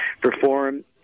perform